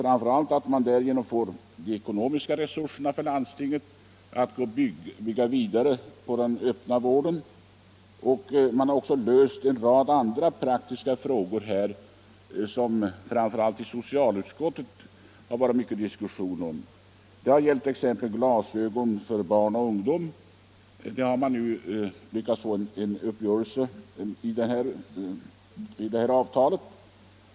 Därigenom får landstingen framför allt ekonomiska resurser att bygga vidare på den öppna vården. Även en rad andra praktiska problem har lösts — problem som har diskuterats mycket, särskilt i socialutskottet. Det gäller t.ex. glasögon för barn och ungdom. Där har man nu lyckats nå ett avtal.